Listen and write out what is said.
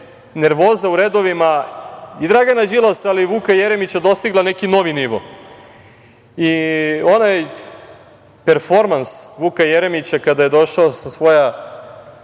nervoza u redovima i Dragana Đilasa, ali i Vuka Jeremića dostigla neki novi nivo. Onaj performans Vuka Jeremića, kada je došao sa svoja